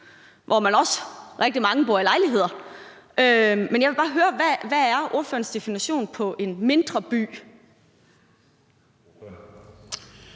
hvor også rigtig mange bor i lejligheder. Men jeg vil bare høre, hvad ordførerens definition på en mindre by